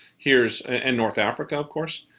here's and north africa, of course.